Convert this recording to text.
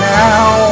now